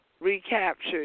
recaptured